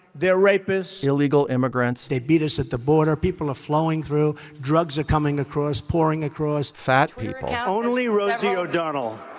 they're rapists illegal immigrants. they beat us at the border. people are flowing through. drugs are coming across, pouring across fat people. only rosie o'donnell